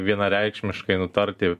vienareikšmiškai nutarti